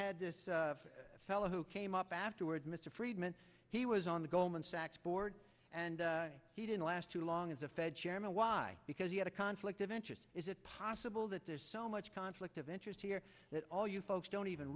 had this fellow who came up afterward mr friedman he was on the goldman sachs board and he didn't last too long as a fed chairman why because he had a conflict of interest is it possible that there's so much conflict of interest here that all you folks don't even